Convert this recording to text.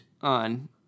on